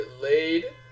laid